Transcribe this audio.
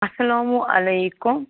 اَسلامُ علیکُم